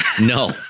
No